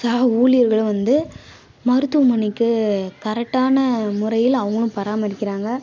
சக ஊழியர்களும் வந்து மருத்துவமனைக்கு கரெக்டான முறையில் அவங்களும் பராமரிக்கிறாங்க